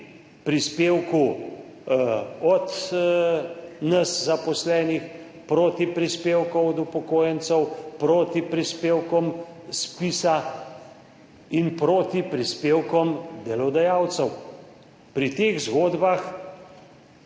prispevku od nas zaposlenih, proti prispevkov od upokojencev, proti prispevkom ZPIZ in proti prispevkom delodajalcev. Pri teh zgodbah